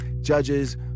judges